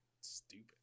Stupid